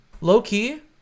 Low-key